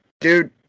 dude